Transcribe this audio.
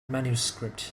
manuscript